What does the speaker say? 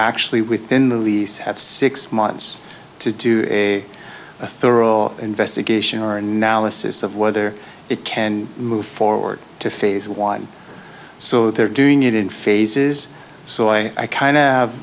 actually within the lease have six months to do a thorough investigation or analysis of whether it can move forward to phase one so they're doing it in phases so i kind